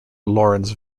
laurens